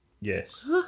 yes